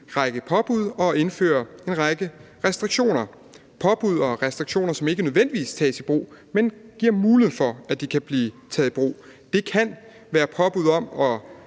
række påbud og indføre en række restriktioner. Det er påbud og restriktioner, som ikke nødvendigvis tages i brug, men giver mulighed for, at de kan blive taget i brug. Det kan være påbud om at